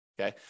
okay